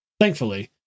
Thankfully